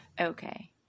Okay